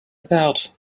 about